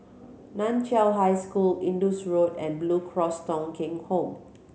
Nan Chiau High School Indus Road and Blue Cross Thong Kheng Home